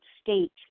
state